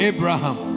Abraham